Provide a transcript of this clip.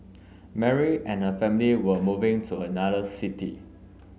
Mary and her family were moving to another city